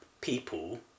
people